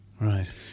Right